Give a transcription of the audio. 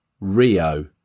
Rio